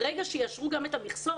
ברגע שיאשרו גם את המכסות,